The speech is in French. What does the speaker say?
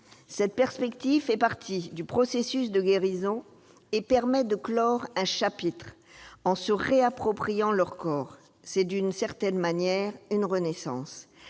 Cette perspective fait partie du processus de guérison et permet de « clore un chapitre » en se réappropriant leur corps. C'est, d'une certaine manière, une renaissance.